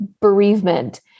bereavement